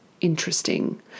interesting